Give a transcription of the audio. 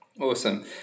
Awesome